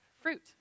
fruit